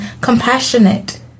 compassionate